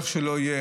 איך שלא יהיה,